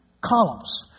columns